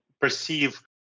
perceive